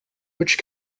which